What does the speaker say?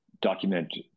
document